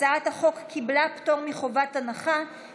הצעת החוק קיבלה פטור מחובת הנחה,